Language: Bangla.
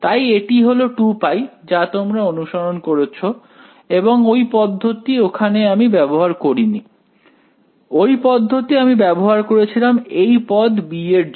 তাই এটি হলো 2π যা তোমরা অনুসরণ করছ এবং ওই পদ্ধতি ওখানে আমি ব্যবহার করিনি ওই পদ্ধতি আমি ব্যবহার করেছিলাম এই পদ b এর জন্য